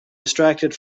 distracted